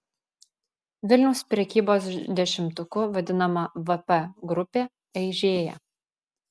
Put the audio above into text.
vilniaus prekybos dešimtuku vadinama vp grupė aižėja